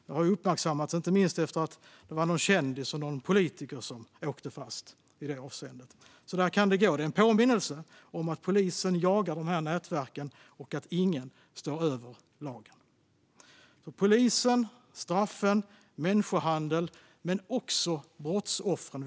Det har ju uppmärksammats inte minst efter att någon kändis och någon politiker åkte fast. Så kan det gå. Det är en påminnelse om att polisen jagar de här nätverken och att ingen står över lagen. Vi har tittat på polisen, på straffen, på människohandel men också på brottsoffren.